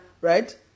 right